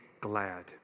glad